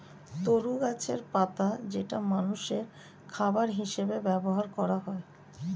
তরু গাছের পাতা যেটা মানুষের খাবার হিসেবে ব্যবহার করা হয়